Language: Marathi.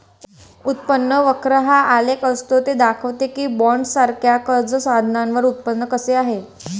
उत्पन्न वक्र हा आलेख असतो ते दाखवते की बॉण्ड्ससारख्या कर्ज साधनांवर उत्पन्न कसे आहे